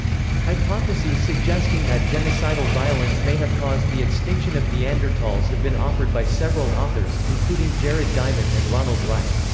hypotheses suggesting that genocidal violence may have caused the extinction of neanderthals have been offered by several authors, including jared diamond and ronald wright.